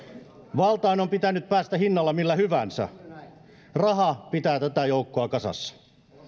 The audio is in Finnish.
valtaan on pitänyt päästä hinnalla millä hyvänsä raha pitää tätä porukkaa kasassa